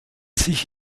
sich